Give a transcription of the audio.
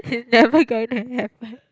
never going to happen